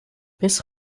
bis